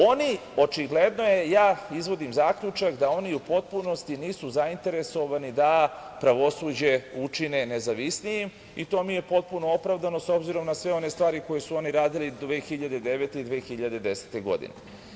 Očigledno je, ja izvodim zaključak da oni u potpunosti nisu zainteresovani da pravosuđe učine nezavisnijim i to mi je potpuno opravdano, s obzirom na sve one stvari koji su oni radili 2009. i 2010. godine.